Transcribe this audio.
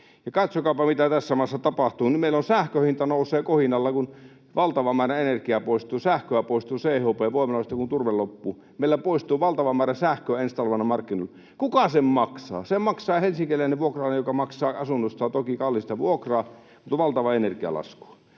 Katsokaapa, mitä tässä maassa tapahtuu: Nyt meillä sähkön hinta nousee kohinalla, kun valtava määrä energiaa poistuu CHP-voimaloista, kun turve loppuu. Meillä poistuu valtava määrä sähköä ensi talvena markkinoilta. Kuka sen maksaa? Sen maksaa helsinkiläinen vuokralainen, joka maksaa asunnostaan toki kallista vuokraa mutta myös valtavaa energialaskua.